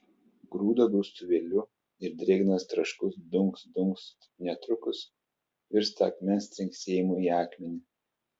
grūda grūstuvėliu ir drėgnas traškus dunkst dunkst netrukus virsta akmens trinksėjimu į akmenį